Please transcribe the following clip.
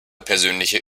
persönliche